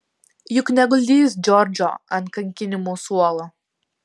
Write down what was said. juk neguldys džordžo ant kankinimų suolo